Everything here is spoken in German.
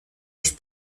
ist